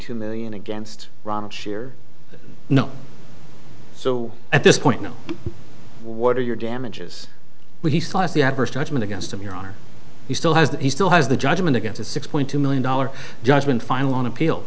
two million against ronald shear no so at this point now what are your damages when he saw as the adverse judgment against him your honor he still has that he still has the judgment against a six point two million dollars judgment finally on appeal